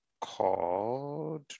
called